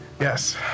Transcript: Yes